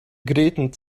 gräten